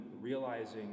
realizing